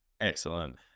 Excellent